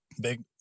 big